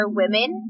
women